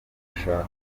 mushaka